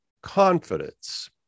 confidence